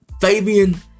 Fabian